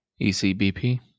ECBP